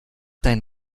dein